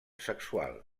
sexual